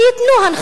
שייתנו הנחיות,